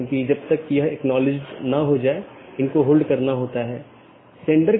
इसलिए उनके बीच सही तालमेल होना चाहिए